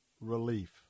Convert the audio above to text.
relief